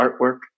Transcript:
artwork